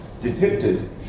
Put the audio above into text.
depicted